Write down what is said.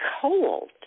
cold